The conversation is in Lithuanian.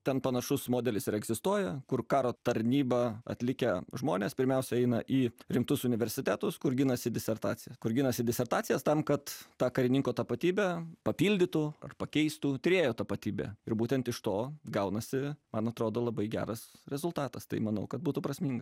ten panašus modelis ir egzistuoja kur karo tarnybą atlikę žmonės pirmiausia eina į rimtus universitetus kur ginasi disertacijas kur ginasi disertacijas tam kad tą karininko tapatybę papildytų ar pakeistų tyrėjo tapatybe ir būtent iš to gaunasi man atrodo labai geras rezultatas tai manau kad būtų prasminga